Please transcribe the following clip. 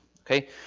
okay